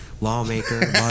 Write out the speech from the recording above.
lawmaker